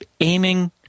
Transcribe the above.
aiming